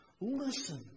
listen